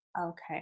Okay